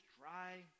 dry